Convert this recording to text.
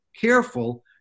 careful